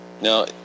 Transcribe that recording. Now